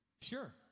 Sure